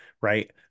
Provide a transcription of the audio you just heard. right